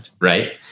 right